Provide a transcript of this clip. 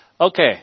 Okay